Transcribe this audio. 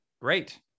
great